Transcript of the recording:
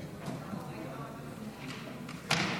חוק התכנון והבנייה (תיקון מס'